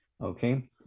Okay